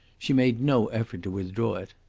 she made no effort to withdraw it.